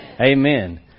Amen